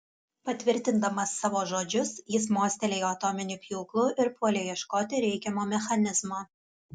patvirtindamas savo žodžius jis mostelėjo atominiu pjūklu ir puolė ieškoti reikiamo mechanizmo